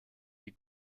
die